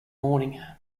morning